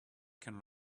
can